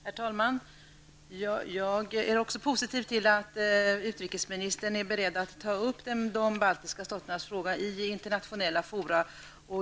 Herr talman! Även jag är positiv till att utrikesministern är beredd att ta upp de baltiska staternas fråga i internationella fora.